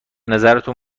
نظرتون